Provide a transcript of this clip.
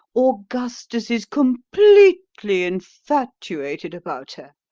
augustus is completely infatuated about her.